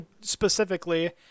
specifically